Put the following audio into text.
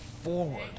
forward